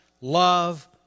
love